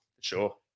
Sure